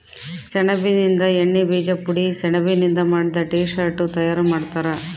ಸೆಣಬಿನಿಂದ ಎಣ್ಣೆ ಬೀಜ ಪುಡಿ ಸೆಣಬಿನಿಂದ ಮಾಡಿದ ಟೀ ಶರ್ಟ್ ತಯಾರು ಮಾಡ್ತಾರ